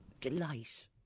Delight